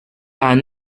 are